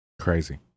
Crazy